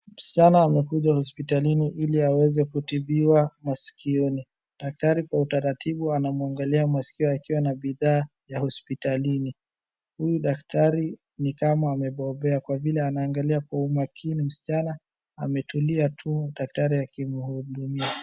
Msichana amekuja hospitalini ili aweze kutibiwa masikioni. Daktari kwa utaratibu anamwangalia masikio akiwa na bidhaa ya hospitalini. Huyu daktari ni kama amebobea kwa vile anaangalia kwa umakini msichana ametulia tu daktari akimhudumia.